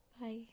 Bye